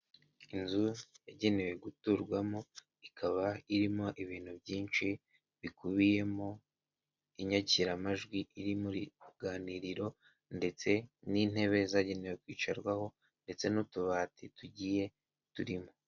Inzu yagenewe guturwamo ikaba irimo ibintu byinshi bikubiyemo inyakiramajwi iri mu ruganiriro ndetse n'intebe zagenewe kwicarwaho ndetse n'utubati tugiye turimo.